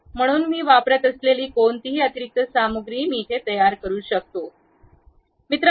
म्हणून मी वापरत असलेली कोणतीही अतिरिक्त सामग्री मी तयार करू शकतो